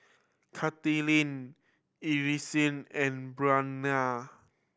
Kaitlynn Elease and